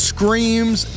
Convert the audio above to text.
Screams